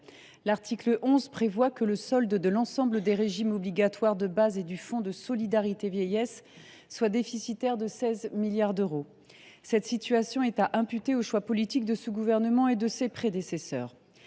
L’article 11 prévoit que le solde de l’ensemble des régimes obligatoires de base et du Fonds de solidarité vieillesse soit déficitaire de 16 milliards d’euros. Cette situation est à imputer aux choix politiques de ce gouvernement et de ses prédécesseurs.